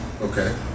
Okay